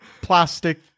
plastic